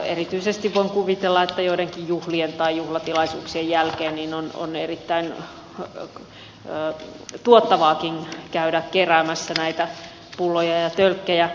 erityisesti voin kuvitella että joidenkin juhlien tai juhlatilaisuuksien jälkeen on erittäin tuottavaakin käydä keräämässä näitä pulloja ja tölkkejä